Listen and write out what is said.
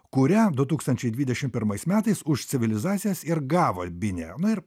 kurią du tūkstančiai dvidešim pirmais metais už civilizacijas ir gavo binė na ir